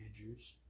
Andrews